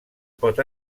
pot